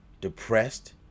depressed